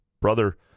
brother